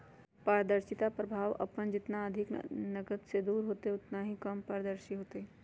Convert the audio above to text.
पारदर्शिता प्रभाव अपन जितना अधिक नकद से दूर होतय उतना ही कम पारदर्शी होतय